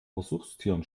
versuchstieren